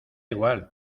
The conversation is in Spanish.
igual